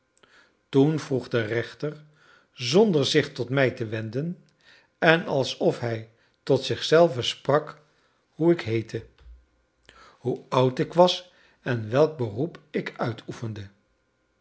toen vroeg de rechter zonder zich tot mij te wenden en alsof hij tot zichzelven sprak hoe ik heette hoe oud ik was en welk beroep ik uitoefende